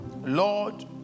Lord